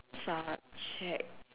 subject